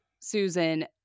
Susan